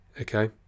okay